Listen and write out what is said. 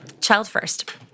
Child-first